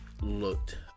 looked